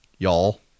Y'all